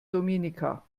dominica